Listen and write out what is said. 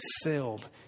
filled